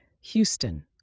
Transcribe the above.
Houston